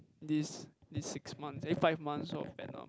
this this six months eh five months of Vietnam